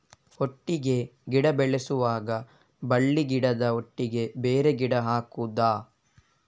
ಒಟ್ಟಿಗೆ ಗಿಡ ಬೆಳೆಸುವಾಗ ಬಳ್ಳಿ ಗಿಡದ ಒಟ್ಟಿಗೆ ಬೇರೆ ಗಿಡ ಹಾಕುದ?